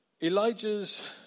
Elijah's